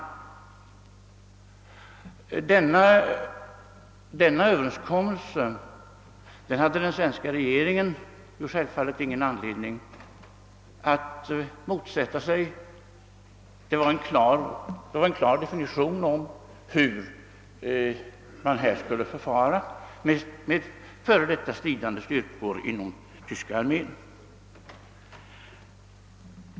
Denna överenskommelse hade den svenska regeringen självfallet ingen anledning att motsätta sig; den gav en klar definition av hur man skulle förfara med före detta stridande styrkor inom den tyska armén.